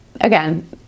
again